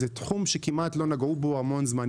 זה תחום שכמעט לא נגעו בו המון זמן.